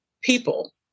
people